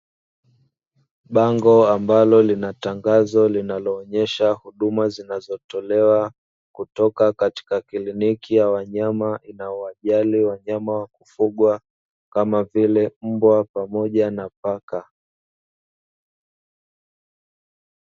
Bango ambalo linatangazo linaloonesha huduma zinazotolewa kutoka katika kliniki ya wanyama, inayowajali wanyama wa kufugwa kama vile mbwa pamoja na paka.